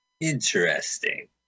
Interesting